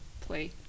play